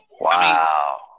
Wow